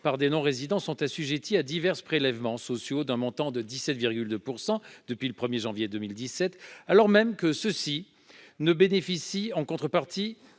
par des non-résidents sont assujettis à divers prélèvements sociaux dont le taux est, depuis le 1 janvier 2017, de 17,2 %, alors même que ceux-ci ne bénéficient en contrepartie